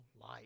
light